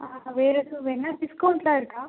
ஆ வேறேதுவும் வேணாம் டிஸ்கவுண்ட்லாம் இருக்கா